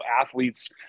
athletes